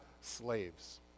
slaves